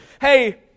Hey